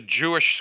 Jewish